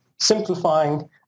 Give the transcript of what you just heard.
simplifying